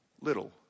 little